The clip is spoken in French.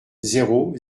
zéro